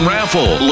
Raffle